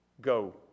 go